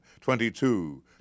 twenty-two